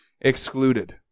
excluded